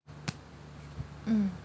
mm